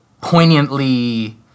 poignantly